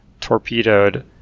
torpedoed